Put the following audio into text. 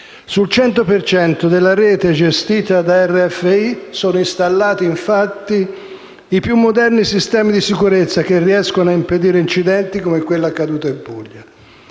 per cento della rete gestita dalla RFI sono installati, infatti, i più moderni sistemi di sicurezza che riescono a impedire incidenti come quello accaduto in Puglia.